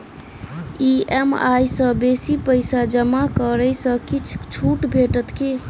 EMI सँ बेसी पैसा जमा करै सँ किछ छुट भेटत की?